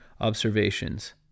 observations